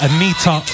Anita